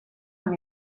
amb